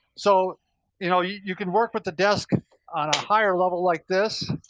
so you know you you can work with the desk on a higher level like this.